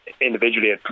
Individually